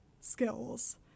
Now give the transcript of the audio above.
skills